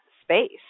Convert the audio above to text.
space